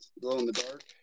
glow-in-the-dark